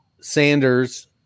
Sanders